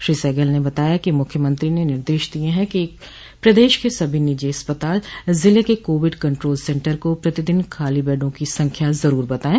श्री सहगल ने बताया है कि मुख्यमंत्री ने निर्देश दिये हैं कि प्रदेश के सभी निजी अस्पताल जिले के कोविड कंट्रोल सेन्टर को प्रतिदिन खाली बेडों की संख्या जरूर बताये